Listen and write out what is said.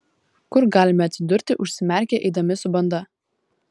kur galime atsidurti užsimerkę eidami su banda